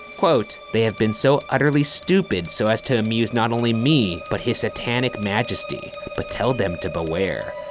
quote, they have been so utterly stupid so as to amuse not only me, but his satanic majesty. but tell them to beware.